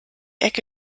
ecke